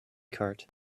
cart